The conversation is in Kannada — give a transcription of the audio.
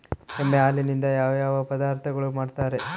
ಎಮ್ಮೆ ಹಾಲಿನಿಂದ ಯಾವ ಯಾವ ಪದಾರ್ಥಗಳು ಮಾಡ್ತಾರೆ?